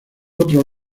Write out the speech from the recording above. otro